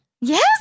Yes